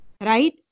Right